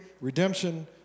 redemption